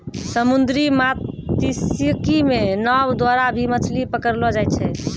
समुन्द्री मत्स्यिकी मे नाँव द्वारा भी मछली पकड़लो जाय छै